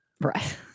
right